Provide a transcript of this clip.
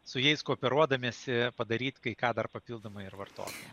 su jais kooperuodamiesi padaryt kai ką dar papildomai ir vartotojam